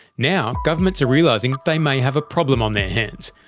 now governments are realising they may have a problem on their hands,